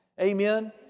amen